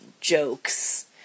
jokes